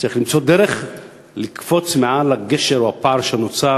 צריך למצוא דרך לקפוץ מעל הגשר או הפער שנוצר,